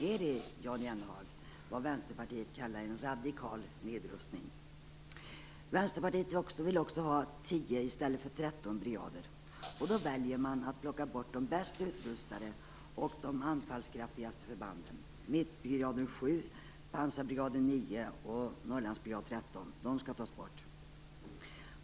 Är det, Jan Jennehag, vad Vänsterpartiet kallar för en radikal nedrustning? Vänsterpartiet vill också ha 10 i stället för 13 brigader. Då väljer man att plocka bort de bäst utrustade och de anfallskraftigaste förbanden. Mekbrigaden 7, Pansarbrigaden 9 och Norrlandsbrigaden 13 skall tas bort.